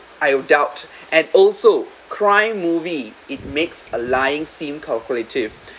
I'll doubt and also crying movie it makes a lying theme calculative